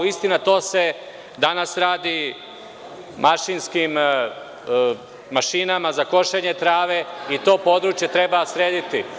Istina, to se danas radi mašinskim mašinama za košenje trave i to područje treba srediti.